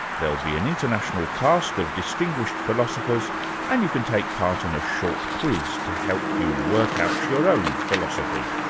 there'll be an international cast of distinguished philosophers and you can take part in a short quiz to help you work out your own philosophy.